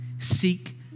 Seek